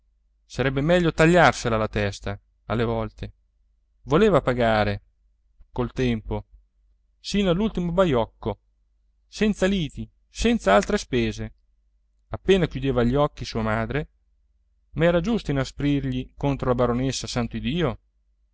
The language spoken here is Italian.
sarebbe meglio tagliarsela la testa alle volte voleva pagare col tempo sino all'ultimo baiocco senza liti senza altre spese appena chiudeva gli occhi sua madre ma era giusto inasprirgli contro la baronessa